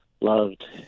loved